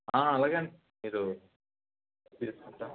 అలాగే అండి మీరు తీసుకుంటాను